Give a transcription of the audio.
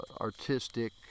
artistic